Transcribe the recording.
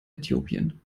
äthiopien